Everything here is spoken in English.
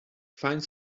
fine